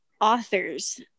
authors